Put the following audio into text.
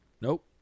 Nope